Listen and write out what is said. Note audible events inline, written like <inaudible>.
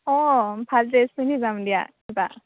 অঁ ভাল ড্ৰেছ পিন্ধি যাম দিয়া <unintelligible>